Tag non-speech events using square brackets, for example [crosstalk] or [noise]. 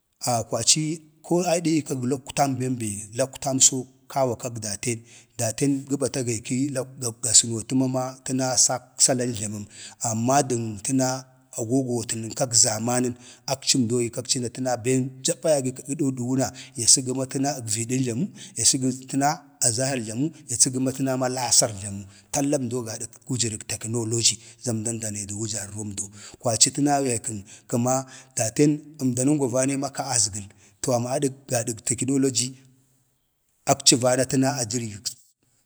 [hesitation] kwaci ko adiyig lakwtan bem be lakwtam so bem be kawa kag datan bem be daten gə baki geeki lakwtan bem be ga sənvota mama təna. kwtək salan jlamən, amma dən təna agogwatənən kag zamanən akcom doo gikakci na akci təna ben japa yaye gi duuduwa na ya səgə ma təna əgviidən jlamu, ya səgək təna azahar jlamu, ya səgə ma təna ləsar jlamu, talla əmdoo gadak wujərək tekənoloji za əmdan da nee du wujarromdoo, kwaci təna yaykən kəma datən əmdanaəngwa vanee maka azgəl to adəg gadak tekandoji akci vana təna a jirgi